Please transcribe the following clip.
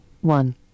One